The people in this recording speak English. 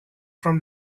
from